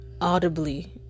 audibly